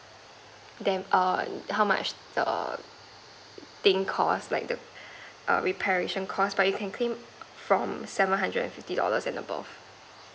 dam~ err how much the thing cost like the err repair action cost but you can claim from seven hundred and fifty dollars and above